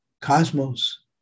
cosmos